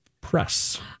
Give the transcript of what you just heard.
press